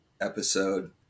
episode